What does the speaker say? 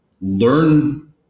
learn